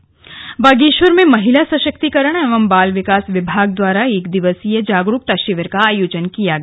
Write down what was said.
Nirbhaya fund योजना बागेश्वर में महिला सशक्तीकरण एवं बाल विकास विभाग द्वारा एक दिवसीय जागरूकता शिविर का आयोजन किया गया